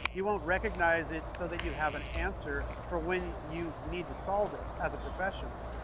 you won't recognize it so that you have an answer for when you need to solve it as a professional.